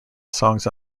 songs